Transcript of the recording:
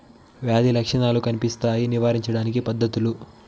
వ్యాధి లక్షణాలు కనిపిస్తాయి నివారించడానికి పద్ధతులు?